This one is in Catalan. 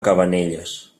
cabanelles